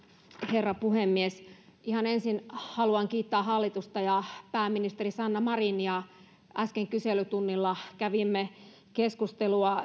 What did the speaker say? herra puhemies ihan ensin haluan kiittää hallitusta ja pääministeri sanna marinia äsken kyselytunnilla kävimme keskustelua